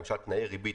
למשל תנאי ריבית,